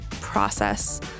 process